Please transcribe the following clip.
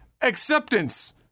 acceptance